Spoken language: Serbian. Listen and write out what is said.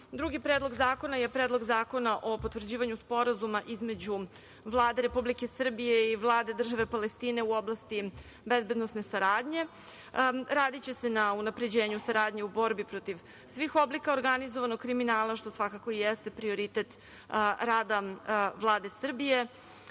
predlog zakona je Predlog zakona o potvrđivanju Sporazuma između Vlade Republike Srbije i Vlade države Palestine u oblasti bezbedonosne saradnje. Radiće se na unapređenju saradnje u borbi protiv svih oblika organizovanog kriminala, što svakako jeste prioritet rada Vlade Srbije,